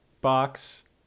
box